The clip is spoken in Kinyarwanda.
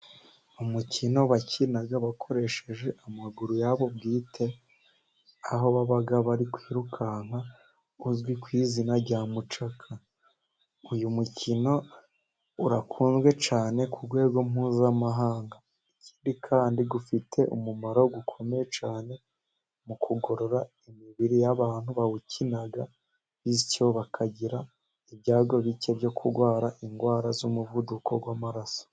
Umukino bakina bakoresheje amaguru yabo bwite aho baba bari kwirukanka uzwi ku izina rya mucaka. Uyu mukino urakunzwe cyane ku rwego mpuzamahanga ikindi kandi ufite umumaro ukomeye cyane mu kugorora imibiri y'abantu bawukina bityo bakagira ibyago bike byo kurwara indwara z'umuvuduko w'amaraso.